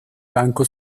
banco